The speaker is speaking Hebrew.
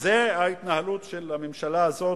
זו ההתנהלות של הממשלה הזאת,